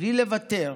בלי לוותר,